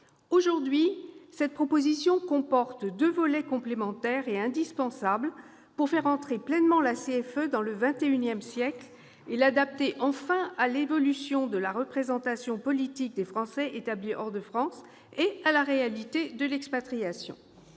Aujourd'hui, la présente proposition de loi comporte deux volets complémentaires et indispensables pour faire entrer pleinement la CFE dans le XXI siècle et l'adapter- enfin ! -à l'évolution de la représentation politique des Français établis hors de France et à la réalité de l'expatriation.